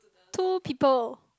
two people